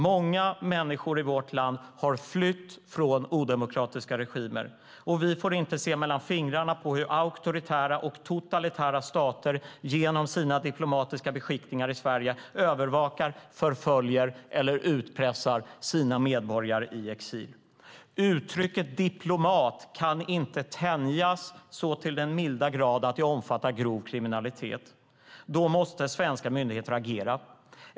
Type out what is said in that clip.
Många människor i vårt land har flytt från odemokratiska regimer, och vi får inte se mellan fingrarna med hur auktoritära och totalitära stater genom sina diplomatiska beskickningar i Sverige övervakar, förföljer eller utpressar sina medborgare i exil. Uttrycket "diplomati" kan inte tänjas så till den grad att det omfattar grov kriminalitet - då måste svenska myndigheter agera.